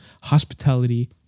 hospitality